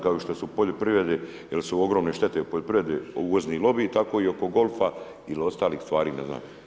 Kao što su poljoprivrede, jer su ogromne štete u poljoprivredi uvozni lobiji, tako i oko golfa ili ostalih stvari, ne znam.